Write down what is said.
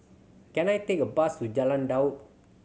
can I take a bus to Jalan Daud